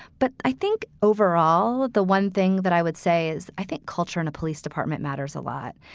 but i think overall, the one thing that i would say is i think culture in a police department matters a lot.